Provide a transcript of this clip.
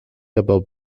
about